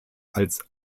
als